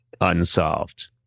unsolved